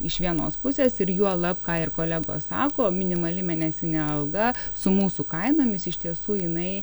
iš vienos pusės ir juolab ką ir kolegos sako minimali mėnesinė alga su mūsų kainomis iš tiesų jinai